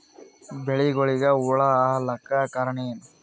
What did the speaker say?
ಬೆಳಿಗೊಳಿಗ ಹುಳ ಆಲಕ್ಕ ಕಾರಣಯೇನು?